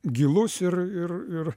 gilus ir ir ir